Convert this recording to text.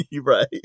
right